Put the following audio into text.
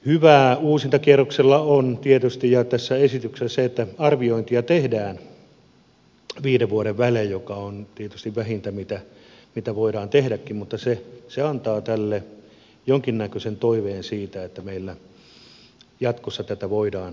hyvää uusintakierroksella ja tässä esityksessä on tietysti se että arviointia tehdään viiden vuoden välein mikä on tietysti vähintä mitä voidaan tehdäkin mutta se antaa tälle jonkinnäköisen toiveen siitä että meillä jatkossa tätä voidaan erityisesti vielä tarkastella